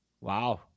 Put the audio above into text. Wow